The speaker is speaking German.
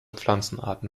pflanzenarten